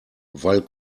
weil